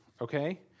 okay